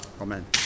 Amen